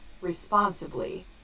responsibly